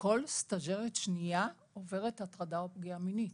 כל סטז'רית שנייה עוברת הטרדה או פגיעה מינית,